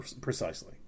Precisely